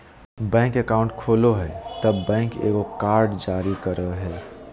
bank account खोलय हइ तब बैंक एगो कार्ड जारी करय हइ